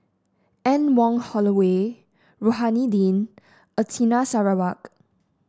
Anne Wong Holloway Rohani Din Anita Sarawak